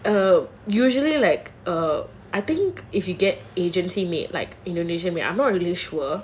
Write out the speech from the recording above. oh usually like uh I think if you get agency maid like indonesia maid I'm not really sure